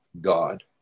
God